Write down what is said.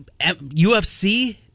UFC